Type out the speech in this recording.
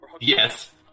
Yes